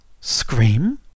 scream